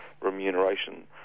remuneration